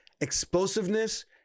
explosiveness